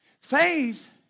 Faith